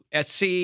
SC